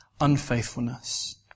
unfaithfulness